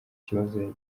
kibazo